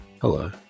Hello